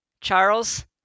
Charles